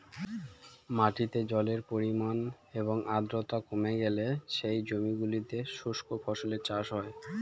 মাটিতে জলের পরিমাণ এবং আর্দ্রতা কমে গেলে সেই জমিগুলোতে শুষ্ক ফসলের চাষ হয়